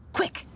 quick